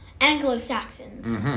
Anglo-Saxons